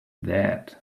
that